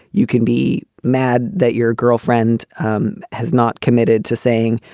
you can be mad that your girlfriend um has not committed to saying,